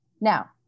Now